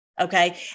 okay